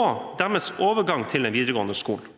og deres overgang til den videregående skolen.